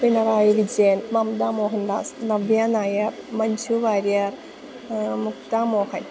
Pinarayi Vijayan Mamta Mohandas Navya Nair Manju Warrier Mukta Mohan